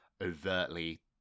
overtly